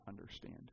understand